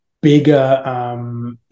bigger